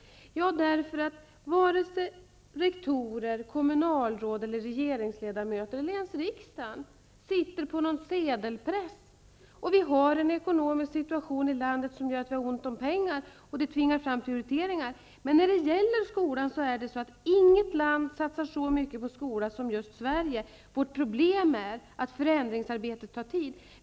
Man gör det därför att varken rektorer, kommunalråd, regeringsledamöter eller ens riksdagen sitter på en sedelpress. Vi har en ekonomisk situation i landet som gör att vi har ont om pengar. Detta tvingar fram prioriteringar. Men när det gäller skolan är det inget land som satsar så mycket på skolan som just Sverige. Vårt problem är att förändringsarbetet tar tid.